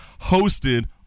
hosted